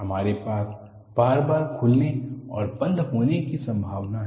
हमारे पास बार बार खुलने और बंद होने की संभावना है